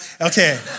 Okay